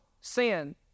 sin